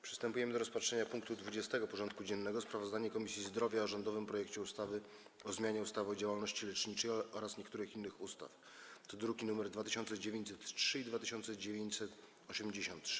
Przystępujemy do rozpatrzenia punktu 20. porządku dziennego: Sprawozdanie Komisji Zdrowia o rządowym projekcie ustawy o zmianie ustawy o działalności leczniczej oraz niektórych innych ustaw (druki nr 2903 i 2983)